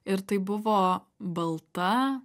ir tai buvo balta